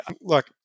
look